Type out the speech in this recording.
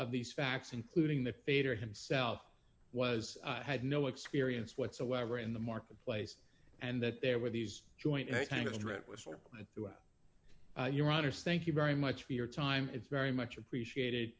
of these facts including the fader himself was had no experience whatsoever in the marketplace and that there were these joint kind of threat whistle throughout your honour's thank you very much for your time it's very much appreciate